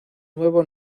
nuevo